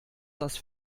das